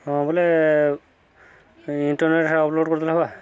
ହଁ ବୋଲେ ଇଣ୍ଟରନେଟ୍ ହେ ଅପଲୋଡ଼ କରିଦେଲେ ହେବା